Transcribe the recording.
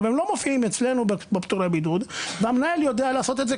אבל הם לא מופיעים אצלנו בפטורי הבידוד והמנהל יודע לעשות את זה,